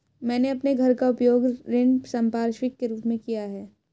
मैंने अपने घर का उपयोग ऋण संपार्श्विक के रूप में किया है